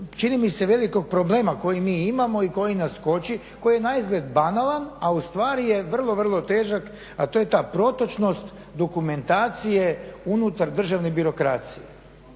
čini mi se velikog problema koji mi imamo i koji nas koči, koji je naizgled banalan a u stvari je vrlo, vrlo težak, a to je ta protočnost dokumentacije unutar državne birokracije.